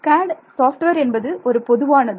CAD software என்பது ஒரு பொதுவானது